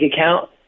account